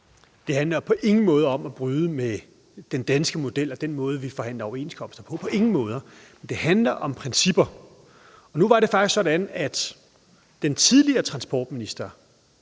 Det handler jo på ingen måde om at bryde med den danske model og den måde, vi forhandler overenskomster på – på ingen måde. Det handler om principper. Og nu var det faktisk sådan, at den tidligere transportminister